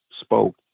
spoke